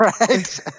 Right